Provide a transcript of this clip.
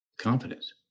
Confidence